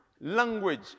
language